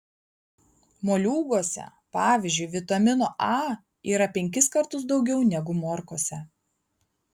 moliūguose pavyzdžiui vitamino a yra penkis kartus daugiau negu morkose